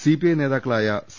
CPI നേതാക്കളായ C